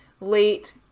late